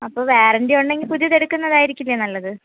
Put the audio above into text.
അപ്പോൾ വാറണ്ടി ഉണ്ടെങ്കിൽ പുതിയതെടുക്കുന്നതായിരിക്കില്ലേ നല്ലത്